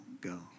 go